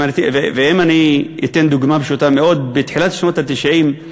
אני אתן דוגמה פשוטה מאוד: בתחילת שנות ה-90,